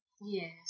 yes